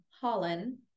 Holland